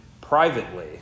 privately